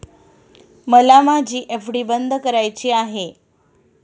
मला माझी एफ.डी बंद करायची आहे